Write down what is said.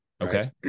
okay